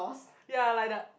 ya like the